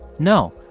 no,